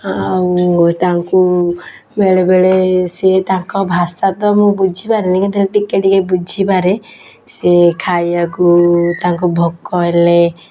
ଆଉ ତାଙ୍କୁ ବେଳେବେଳେ ସିଏ ତାଙ୍କ ଭାଷା ତ ମୁଁ ବୁଝି ପାରେନି କିନ୍ତୁ ଟିକିଏ ଟିକିଏ ବୁଝିପାରେ ସିଏ ଖାଇବାକୁ ତାଙ୍କୁ ଭୋକ ହେଲେ